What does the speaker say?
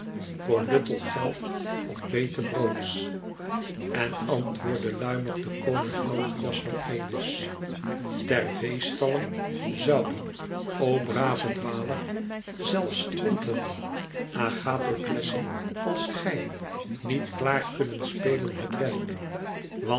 voor luttel gelds of bete broods en antwoordde luimig de koning augeias van elis ter veestallen zouden o brave dwaler zelfs twintig agathoklessen als gij niet klaar kunnen spelen het werk